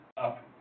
up